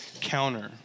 counter